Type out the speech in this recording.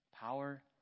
power